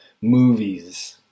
movies